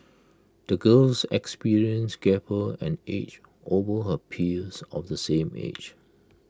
the girl's experiences gave her an edge over her peers of the same age